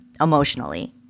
emotionally